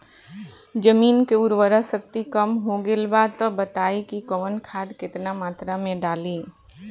जमीन के उर्वारा शक्ति कम हो गेल बा तऽ बताईं कि कवन खाद केतना मत्रा में डालि?